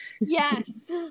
Yes